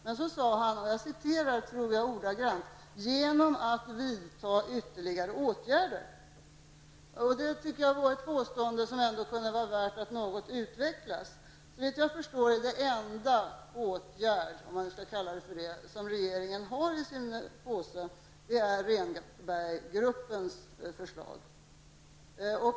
Men så sade han: genom att vidta ytterligare åtgärder. Det tycker jag var ett påstående som det kunde vara värt att något utveckla. Såvitt jag förstår är den enda åtgärd -- om man nu skall kalla den för det -- som regeringen har i sin påse Rehnberggruppens förslag.